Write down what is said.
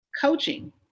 coaching